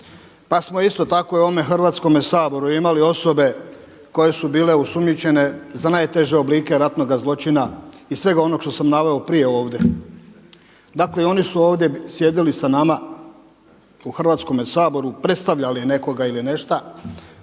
Pa smo isto tako i u ovome Hrvatskome saboru imali osobe koje su bile osumnjičene za najteže oblike ratnoga zločina i svega onog što sam naveo prije ovdje. Dakle, oni su ovdje sjedili sa nama u Hrvatskome saboru, predstavljali nekoga ili nešta.